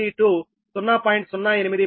08 p